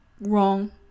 wrong